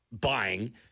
buying